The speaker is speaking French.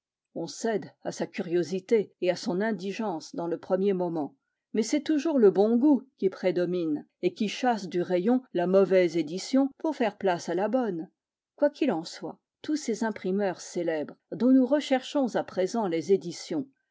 on cède à sa curiosité et à son indigence dans le premier moment mais c'est toujours le bon goût qui prédomine et qui chasse du rayon la mauvaise édition pour faire place à la bonne quoi qu'il en soit tous ces imprimeurs célèbres dont nous recherchons à présent les éditions